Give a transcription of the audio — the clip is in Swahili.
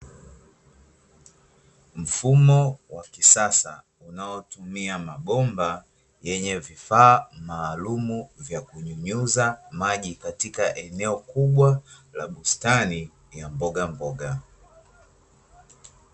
Mfumo wa kisasa unaotumia mabomba, yenye vifaa maalumu vya kunyunyiza maji katika eneo kubwa la mboga mboga.